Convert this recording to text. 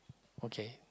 okay